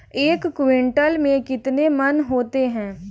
एक क्विंटल में कितने मन होते हैं?